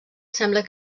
sembla